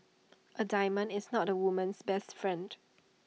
A diamond is not A woman's best friend